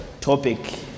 topic